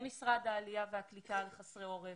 אין משרד העלייה והקליטה לחסרי עורף,